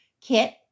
kit